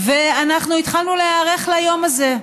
והתחלנו להיערך ליום הזה.